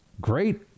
Great